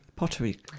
pottery